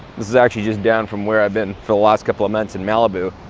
this is actually just down from where i've been for the last couple of months in malibu.